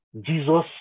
Jesus